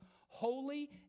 holy